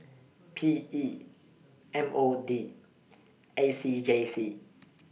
P E M O D A C J C